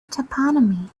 toponymy